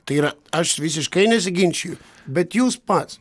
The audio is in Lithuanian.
tai yra aš visiškai nesiginčiju bet jūs pats